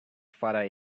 father